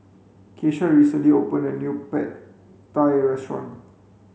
Keisha recently opened a new Pad Thai restaurant